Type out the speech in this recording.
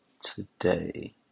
today